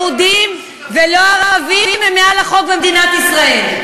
לא יהודים ולא ערבים הם מעל לחוק במדינת ישראל.